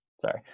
Sorry